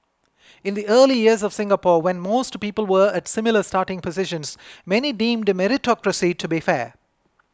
in the early years of Singapore when most people were at similar starting positions many deemed meritocracy to be fair